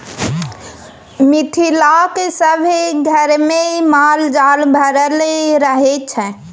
मिथिलाक सभ घरमे माल जाल भरल रहय छै